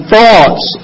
thoughts